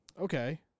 okay